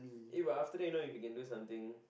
eh but after that you know you can do something